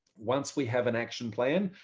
once we have an action plan,